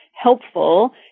Helpful